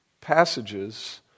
passages